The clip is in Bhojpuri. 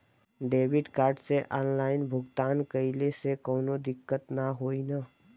डेबिट कार्ड से ऑनलाइन भुगतान कइले से काउनो दिक्कत ना होई न?